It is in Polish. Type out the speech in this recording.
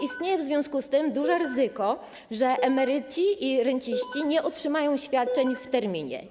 Istnieje w związku z tym duże ryzyko, że emeryci i renciści nie otrzymają świadczeń w terminie.